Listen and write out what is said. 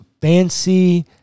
fancy